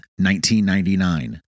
1999